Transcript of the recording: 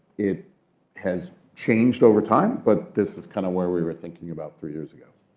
it has changed over time. but this is kind of where we were thinking about three years ago.